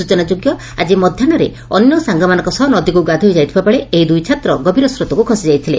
ସୂଚନା ଯୋଗ୍ୟ ଆକି ମଧ୍ୟାହୂରେ ଅନ୍ୟ ସାଂଗ ମାନଙ୍କ ସହ ନଦୀକୁ ଗାଧୋଇ ଯାଇଥିବାବେଳେ ଏହି ଦୁଇ ଛାତ୍ର ଗଭୀର ସ୍ରୋତକୁ ଖସି ଯାଇଥିଲେ